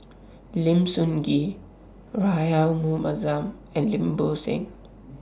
Lim Sun Gee Rahayu Mahzam and Lim Bo Seng